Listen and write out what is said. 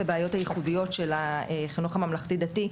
הבעיות הייחודיות של החינוך הממלכתי-דתי.